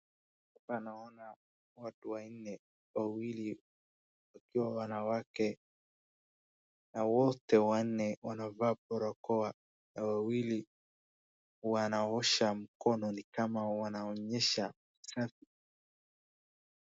Hapa naona watu wanne, wawili wakiwa wanawake, na wote wanne wanavaa barakoa, wawili wanaosha mkono ni kama wanaonyesha.